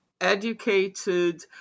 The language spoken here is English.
educated